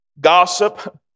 gossip